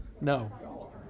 No